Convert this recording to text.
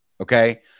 Okay